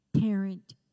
parent